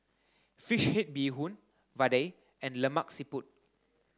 fish head Bee Hoon Vadai and Lemak Siput